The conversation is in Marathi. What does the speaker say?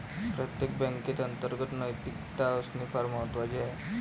प्रत्येक बँकेत अंतर्गत नैतिकता असणे फार महत्वाचे आहे